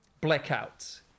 blackout